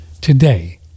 today